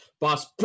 Boss